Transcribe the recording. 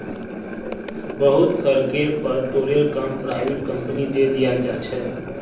बहुत सड़केर पर टोलेर काम पराइविट कंपनिक दे दियाल जा छे